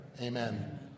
Amen